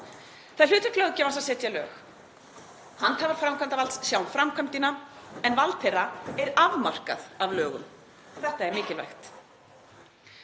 Það er hlutverk löggjafans að setja lög. Handhafar framkvæmdarvalds sjá um framkvæmdina en vald þeirra er afmarkað af lögum. Þetta er mikilvægt.